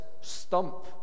stump